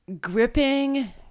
gripping